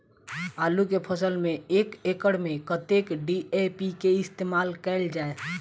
आलु केँ फसल मे एक एकड़ मे कतेक डी.ए.पी केँ इस्तेमाल कैल जाए?